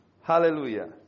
hallelujah